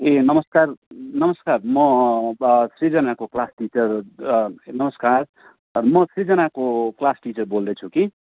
ए नमस्कार नमस्कार म सृजनाको क्लास टिचर नमस्कार म सृजनाको क्लास टिचर बोल्दैछु कि